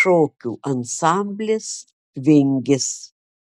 šokių ansamblis vingis